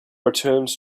returned